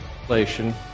inflation